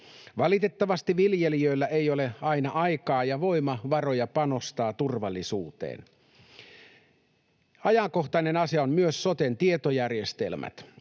Valitettavasti viljelijöillä ei ole aina aikaa ja voimavaroja panostaa turvallisuuteen. Ajankohtainen asia on myös soten tietojärjestelmät: